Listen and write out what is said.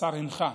השר הנחה,